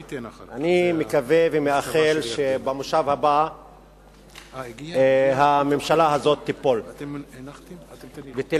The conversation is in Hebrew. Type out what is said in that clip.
אני מקווה ומאחל שבמושב הבא הממשלה הזאת תיפול ותלך,